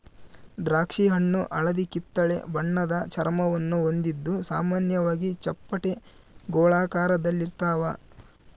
ದ್ರಾಕ್ಷಿಹಣ್ಣು ಹಳದಿಕಿತ್ತಳೆ ಬಣ್ಣದ ಚರ್ಮವನ್ನು ಹೊಂದಿದ್ದು ಸಾಮಾನ್ಯವಾಗಿ ಚಪ್ಪಟೆ ಗೋಳಾಕಾರದಲ್ಲಿರ್ತಾವ